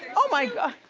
and oh my god,